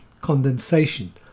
condensation